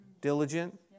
Diligent